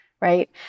right